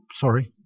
sorry